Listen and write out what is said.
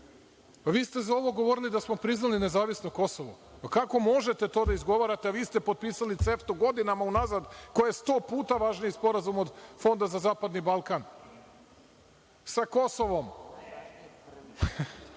vi ste za ovo govorili da smo priznali nezavisno Kosova. Pa, kako možete to da izgovarate, a vi ste potpisali CEFT-u godinama unazad, koji je 100 puta važniji sporazum od Fonda za zapadni Balkan. Sa Kosovom.